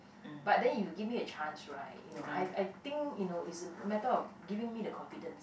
but then if you give me a chance right you know I I think you know its the matter of giving me the confidence